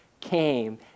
came